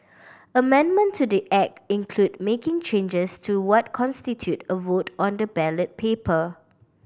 amendment to the Act included making changes to what constituted a vote on the ballot paper